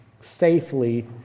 safely